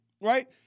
right